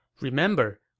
Remember